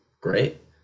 great